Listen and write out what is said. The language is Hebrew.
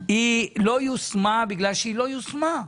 היא לא יושמה בגלל שהיא לא יושמה.